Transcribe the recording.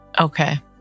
Okay